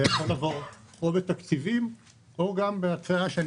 זה יכול לבוא או בתקציבים או בהצעה שאני